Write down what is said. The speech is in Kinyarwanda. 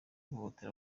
guhohotera